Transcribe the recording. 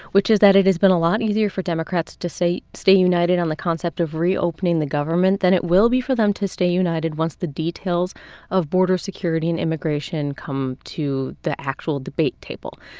which is that it has been a lot easier for democrats to stay stay united on the concept of reopening the government than it will be for them to stay united once the details of border security and immigration come to the actual debate table.